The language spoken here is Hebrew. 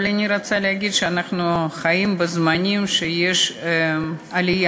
אבל אני רוצה להגיד שאנחנו חיים בזמנים שיש עלייה: